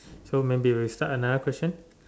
so maybe we start another question